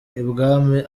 ibwami